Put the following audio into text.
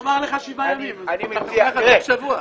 תוך שבוע.